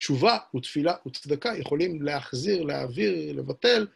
תשובה ותפילה וצדקה יכולים להחזיר, להעביר, לבטל.